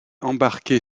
embarquer